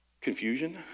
confusion